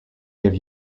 give